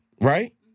right